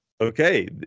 Okay